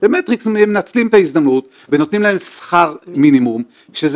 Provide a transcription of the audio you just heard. אבל יש בעיה בהיקף המשרה וזה משתלב עם הנתון השני ש --- כן,